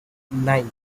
nine